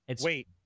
Wait